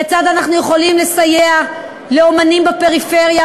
כיצד אנחנו יכולים לסייע לאמנים בפריפריה